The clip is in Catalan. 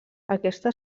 aquesta